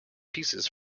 pieces